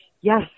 yes